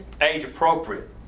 age-appropriate